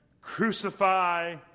Crucify